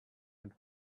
and